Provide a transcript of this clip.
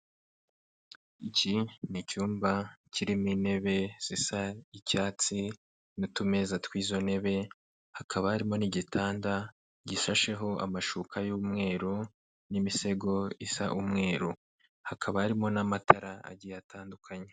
Iki ni icyuma kirimo intebe zisa icyatsi n'utumeza twizo ntebe. Hakaba harimo n'igitanda gishasheho amashuka y'umweru n'imisego isa umweru. Hakaba harimo n'amatara agiye atandukanye.